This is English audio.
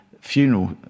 funeral